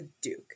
duke